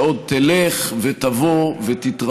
שעוד תלך ותתרחב,